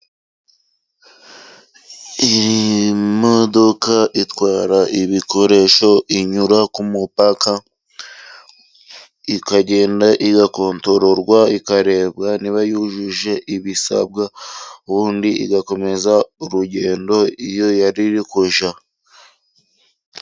Iyi modoka itwara ibikoresho, inyura ku mupaka ikagenda igakontororwa ikarebwa niba yujuje ibisabwa, ubundi igakomeza urugendo iyo yari iri kujya.